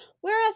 Whereas